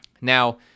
Now